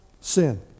sin